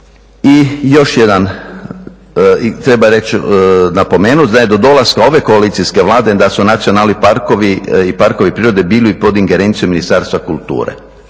I još jedan, treba reći, napomenuti da je do dolaska ove koalicijske Vlade da su nacionalni parkovi i parkovi prirode bili pod ingerencijom Ministarstva kulture.